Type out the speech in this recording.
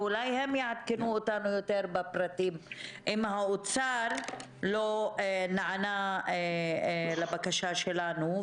ואולי הם יעדכנו אותנו יותר בפרטים אם האוצר לא נענה לבקשה שלנו,